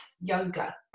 yoga